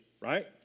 right